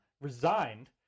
resigned